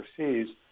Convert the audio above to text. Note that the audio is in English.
overseas